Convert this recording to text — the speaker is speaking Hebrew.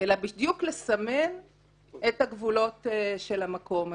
אלא בדיוק לסמן את הגבולות של המקום הזה.